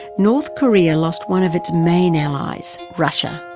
north korea lost one of its main allies, russia.